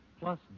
plus